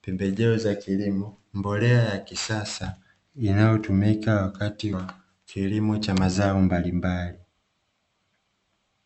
pembejeo za kilimo, mbolea ya kisasa inayotumika wakati wa kilimo cha mazao mbalimbali.